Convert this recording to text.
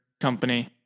company